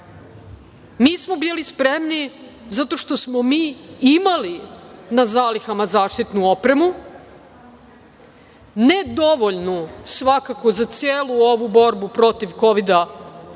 smo bili spremni zato što smo mi imali na zalihama zaštitnu opremu, ne dovoljnu svakako za celu ovu borbu protiv Kovida